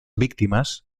víctimas